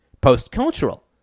Post-cultural